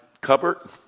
cupboard